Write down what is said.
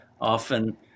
often